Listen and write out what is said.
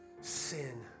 sin